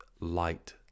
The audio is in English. light